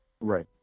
Right